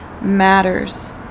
matters